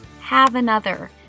haveanother